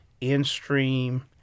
in-stream